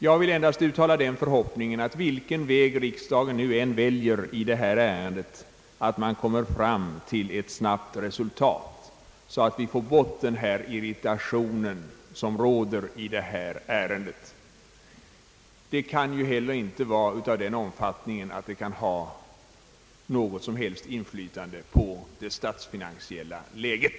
Jag vill endast uttala den förhoppningen, att man vilken väg riksdagen nu än väljer i detta ärende skall komma fram till ett snabbt och generöst resultat så att man får bort den irritation som råder på detta område. Frågan kan ju inte heller vara av den omfattningen att den kan ha något som helst inflytande på det statsfinansiella läget!